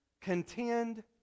contend